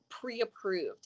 pre-approved